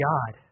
God